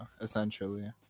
essentially